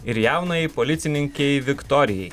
ir jaunajai policininkei viktorijai